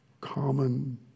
common